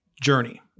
journey